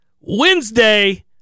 Wednesday